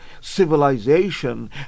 civilization